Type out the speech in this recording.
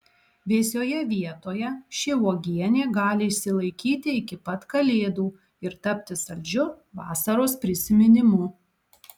vėsioje vietoje ši uogienė gali išsilaikyti iki pat kalėdų ir tapti saldžiu vasaros prisiminimu